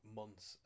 months